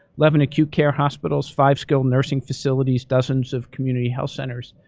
eleven acute care hospitals, five skilled nursing facilities, dozens of community health centers.